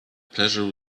pleasure